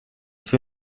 für